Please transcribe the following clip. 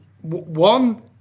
one